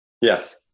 Yes